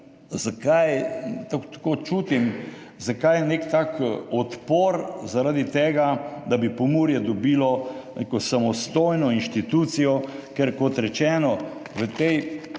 razumem, tako čutim, zakaj je nek tak odpor zaradi tega, da bi Pomurje dobilo neko samostojno institucijo, ker, kot rečeno, v